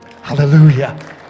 hallelujah